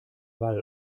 wall